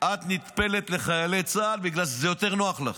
את נטפלת לחיילי צה"ל, בגלל שזה יותר נוח לך.